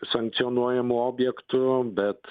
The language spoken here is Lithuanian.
sankcionuojamų objektu bet